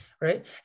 Right